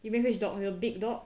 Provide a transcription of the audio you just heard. you mean which dog the big dog